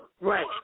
Right